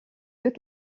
deux